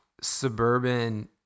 suburban